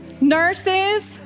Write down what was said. Nurses